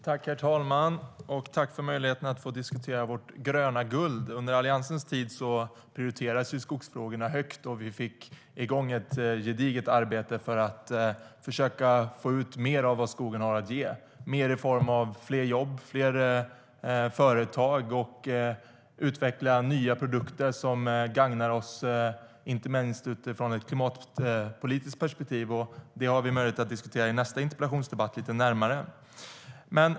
Herr talman! Tack för möjligheterna att få diskutera vårt gröna guld! Under Alliansens tid prioriterades ju skogsfrågorna högt, och vi fick igång ett gediget arbete för att få ut mer av vad skogen har att ge i form av fler jobb, fler företag och utveckling av nya produkter som gagnar oss, inte minst utifrån ett klimatpolitiskt perspektiv. Det får vi möjlighet att diskutera närmare under nästa interpellationsdebatt.